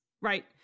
right